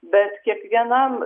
bet kiekvienam